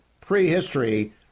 prehistory